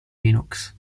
linux